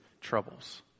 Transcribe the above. troubles